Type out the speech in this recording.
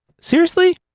Seriously